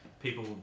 People